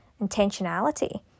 intentionality